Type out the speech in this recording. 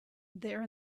there